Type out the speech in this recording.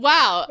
Wow